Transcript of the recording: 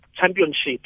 championships